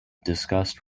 disused